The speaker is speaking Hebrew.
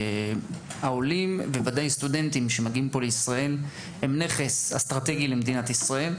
העולים ובוודאי הסטודנטים העולים הם נכס אסטרטגי למדינת ישראל.